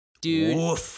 Dude